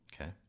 Okay